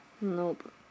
Nope